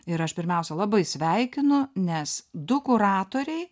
ir aš pirmiausia labai sveikinu nes du kuratoriai